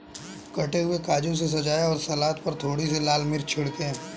कटे हुए काजू से सजाएं और सलाद पर थोड़ी सी लाल मिर्च छिड़कें